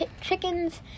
chickens